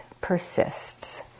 persists